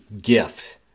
gift